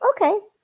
okay